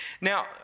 Now